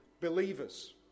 believers